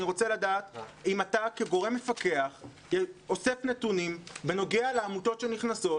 אני רוצה לדעת אם אתה כגורם מפקח אוסף נתונים בנוגע לעמותות שנכנסות.